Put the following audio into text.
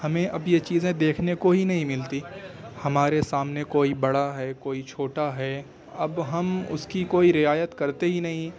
ہمیں اب یہ چیزیں دیکھنے کو ہی نہیں ملتی ہمارے سامنے کوئی بڑا ہے کوئی چھوٹا ہے اب ہم اس کی کوئی رعایت کرتے ہی نہیں